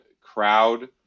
crowd